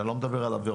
אני לא מדבר על עבירות